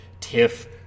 TIFF